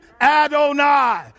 Adonai